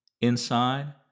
Inside